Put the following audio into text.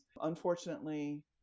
Unfortunately